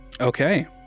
Okay